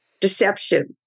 Deception